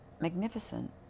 magnificent